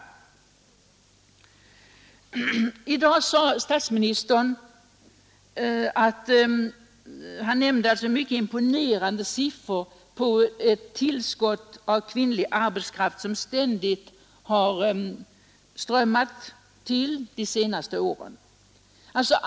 I dag nämnde statsministern mycket imponerande siffror på tillskottet av kvinnlig arbetskraft, som ständigt har strömmat till under de senaste åren.